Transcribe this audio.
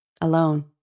Alone